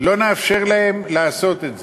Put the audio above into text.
לא נאפשר להם לעשות את זה.